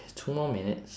two more minutes